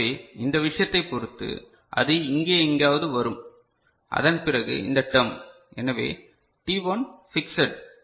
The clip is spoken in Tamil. எனவே இந்த விஷயத்தைப் பொறுத்து அது இங்கே எங்காவது வரும் அதன் பிறகு இந்த டெர்ம் எனவே t1 பிக்ஸ்ஸட்